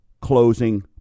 closing